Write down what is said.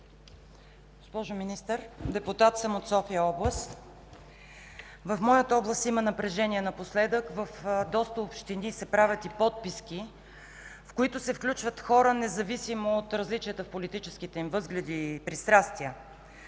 Госпожо Министър, депутат съм от София област. В моята област напоследък има напрежение. В доста общини се правят подписки, в които се включват хора, независимо от различията им в политическите възгледи и пристрастния.